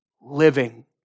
Living